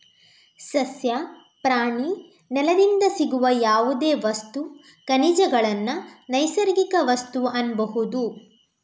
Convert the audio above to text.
ಸಸ್ಯ, ಪ್ರಾಣಿ, ನೆಲದಿಂದ ಸಿಗುವ ಯಾವುದೇ ವಸ್ತು, ಖನಿಜಗಳನ್ನ ನೈಸರ್ಗಿಕ ವಸ್ತು ಅನ್ಬಹುದು